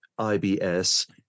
IBS